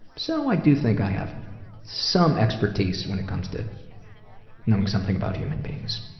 so i do think i have some expertise when it comes to knowing something about human beings.